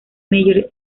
meyer